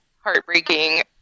heartbreaking